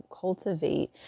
cultivate